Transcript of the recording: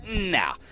nah